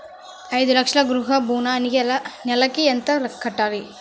ఐదు లక్షల గృహ ఋణానికి నెలకి ఎంత కట్టాలి?